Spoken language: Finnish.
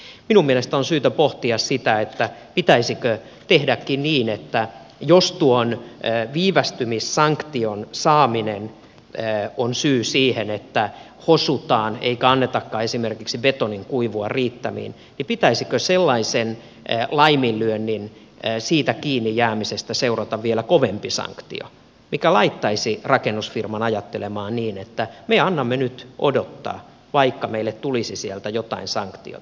minun mielestäni on syytä pohtia sitä että jos tuon viivästymissanktion saaminen on syy siihen että hosutaan eikä annetakaan esimerkiksi betonin kuivua riittämiin niin pitäisikö sellaisesta laiminlyönnistä kiinni jäämisestä seurata vielä kovempi sanktio mikä laittaisi rakennusfirman ajattelemaan niin että me annamme nyt odottaa vaikka meille tulisi sieltä jotain sanktiota